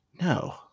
No